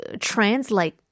translate